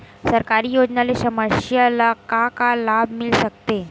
सरकारी योजना ले समस्या ल का का लाभ मिल सकते?